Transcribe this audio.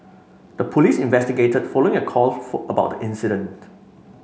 the police investigated following a call for about the incident